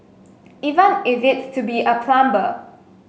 even if it's to be a plumber